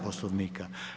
Poslovnika.